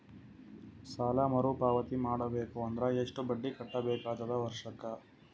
ಸಾಲಾ ಮರು ಪಾವತಿ ಮಾಡಬೇಕು ಅಂದ್ರ ಎಷ್ಟ ಬಡ್ಡಿ ಕಟ್ಟಬೇಕಾಗತದ ವರ್ಷಕ್ಕ?